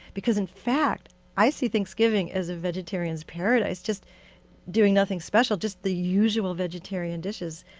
because in fact i see thanksgiving as a vegetarian's paradise just doing nothing special, just the usual vegetarian dishes.